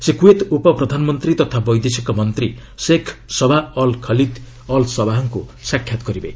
ସେ କ୍ରଏତ୍ ଉପପ୍ରଧାନମନ୍ତ୍ରୀ ତଥା ବୈଦେଶିକ ମନ୍ତ୍ରୀ Sheikh Sabah Al Khalid Al ସବାହ୍କୁ ସାକ୍ଷାତ୍ କରିବେ